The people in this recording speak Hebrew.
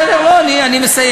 בסדר, אני מסיים.